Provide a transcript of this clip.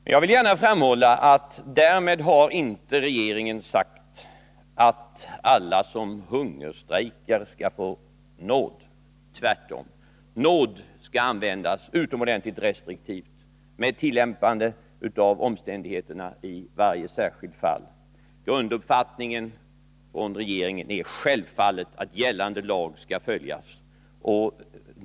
Men jag vill framhålla att regeringen därmed inte har sagt att alla som hungerstrejkar skall få nåd — tvärtom. Nåd skall användas utomordentligt restriktivt, med tillämpande av omständigheterna i varje särskilt fall. Grunduppfattningen från regeringen är vfallet att gällande lag skall följas.